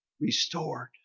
restored